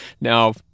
now